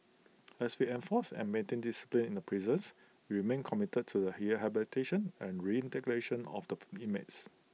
as we enforced and maintained discipline in the prisons we remain committed to the here habitation and reintegration of the inmates